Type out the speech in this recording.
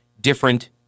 different